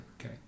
Okay